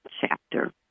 chapter